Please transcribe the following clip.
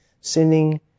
sinning